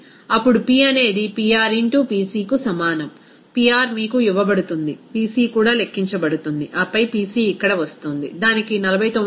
అప్పుడు P అనేది Pr Pc కు సమానం Pr మీకు ఇవ్వబడుతుంది Pc కూడా లెక్కించబడుతుంది ఆపై Pc ఇక్కడ వస్తోంది దానికి 49